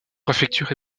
préfecture